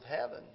heaven